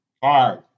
Five